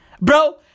Bro